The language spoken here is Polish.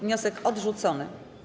Wniosek odrzucony.